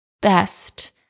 best